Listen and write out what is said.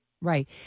Right